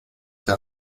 der